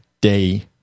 day